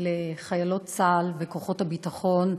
לחיילות צה"ל, וכוחות הביטחון,